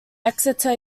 exeter